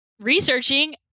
researching